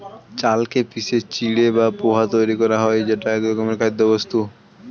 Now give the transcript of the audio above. চালকে পিষে চিঁড়ে বা পোহা তৈরি করা হয় যেটা একরকমের খাদ্যবস্তু